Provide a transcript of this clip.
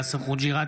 יאסר חוג'יראת,